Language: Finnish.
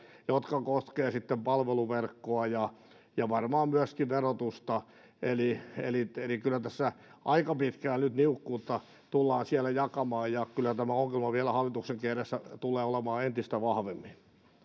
jotka koskevat palveluverkkoa ja ja varmaan myöskin verotusta eli eli kyllä tässä nyt aika pitkään niukkuutta tullaan siellä jakamaan ja tämä ongelma vielä hallituksenkin edessä tulee olemaan entistä vahvemmin